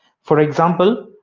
for example,